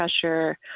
pressure